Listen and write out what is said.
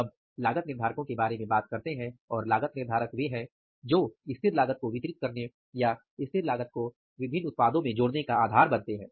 हम लागत निर्धारकों के बारे में बात करते हैं और लागत निर्धारक वे हैं जो स्थिर लागत को वितरित करने या स्थिर लागत को विभिन्न उत्पादों में जोड़ने का आधार बनते हैं